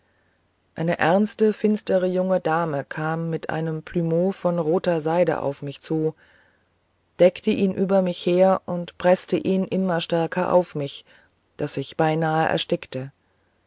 eine ernste finstere junge dame kam mit einem plumeau von roter seide auf mich zu deckte ihn über mich her und preßte ihn immer stärker auf mich daß ich beinahe erstickte